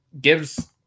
gives